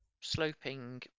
sloping